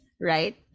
right